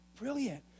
brilliant